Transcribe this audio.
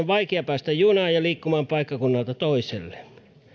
vaikea päästä junaan ja liikkumaan paikkakunnalta toiselle